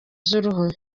z’uruhu